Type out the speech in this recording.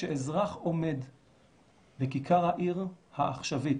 כשאזרח עומד בכיכר העיר העכשווית,